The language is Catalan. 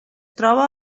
troba